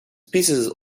pieces